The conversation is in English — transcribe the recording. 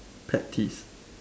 pet peeves